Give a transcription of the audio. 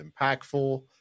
impactful